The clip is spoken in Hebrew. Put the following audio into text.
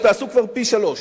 אז תעשו כבר פי-שלושה,